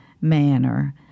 manner